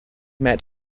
met